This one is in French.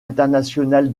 international